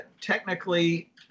technically